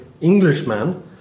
Englishman